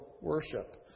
worship